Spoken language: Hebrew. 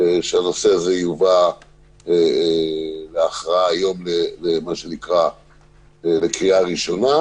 שהנושא הזה יובא להכרעה היום לקראת הקריאה הראשונה,